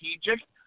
strategic